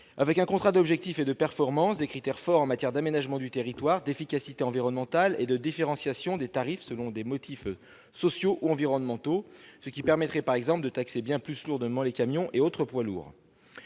avec un contrat d'objectifs et de performance des critères fort en matière d'aménagement du territoire, d'efficacité environnementale et de différenciation des tarifs selon des motifs sociaux ou environnementaux, ce qui permettrait par exemple de taxer bien plus lourdement les camions et autres poids lourds,